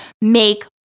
make